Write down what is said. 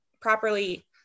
properly